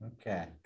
Okay